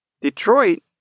Detroit